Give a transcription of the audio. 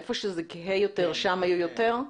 איפה שזה כהה יותר, שם יהיו יותר?